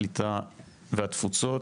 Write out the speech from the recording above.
הקליטה והתפוצות,